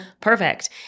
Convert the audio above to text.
perfect